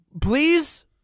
Please